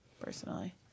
Personally